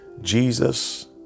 Jesus